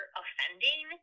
offending